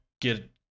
Get